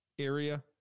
area